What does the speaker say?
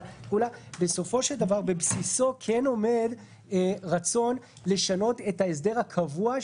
בסופו של דבר בבסיסו כן עומד רצון לשנות את ההסדר הקבוע,